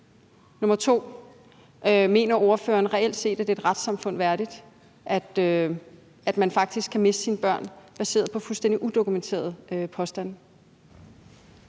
Nr. 2: Mener ordføreren reelt set, at det er et retssamfund værdigt, at man faktisk kan miste sine børn baseret på fuldstændig udokumenterede påstande?